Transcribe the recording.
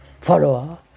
follower